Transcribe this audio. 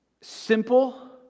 simple